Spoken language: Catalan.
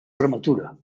prematura